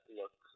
look